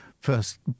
first